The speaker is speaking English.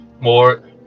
more